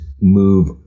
move